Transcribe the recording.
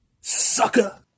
Sucker